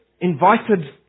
invited